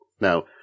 Now